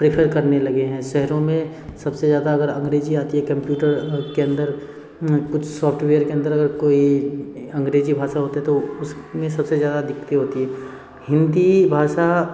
prefer करने लगे हैं शहरों सबसे ज़्यादा अगर अंग्रेजी आती है कम्प्यूटर के अंदर कुछ सॉफ्टवेयर के अंदर अगर कोई अंग्रेजी भाषा होते तो उसमें सबसे ज़्यादा दिक्कतें होती हैं हिंदी भाषा